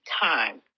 time